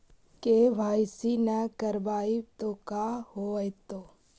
KYC न करवाई तो का हाओतै?